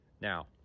Now